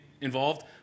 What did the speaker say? involved